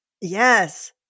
Yes